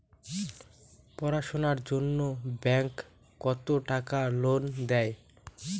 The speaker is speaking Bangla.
পড়াশুনার জন্যে ব্যাংক কত টাকা লোন দেয়?